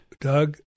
Doug